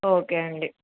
okay అండి